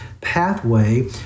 pathway